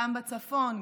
גם בצפון,